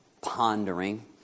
pondering